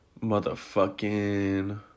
Motherfucking